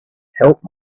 help